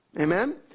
Amen